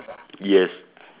yes